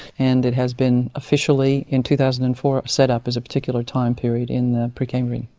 and it has been officially, in two thousand and four, set up as a particular time period in the precambrian.